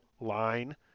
line